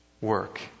work